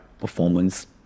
performance